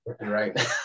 right